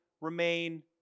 remain